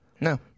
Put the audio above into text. No